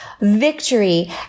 Victory